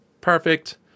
perfect